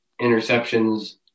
interceptions